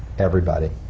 everybody.